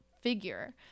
figure